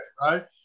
right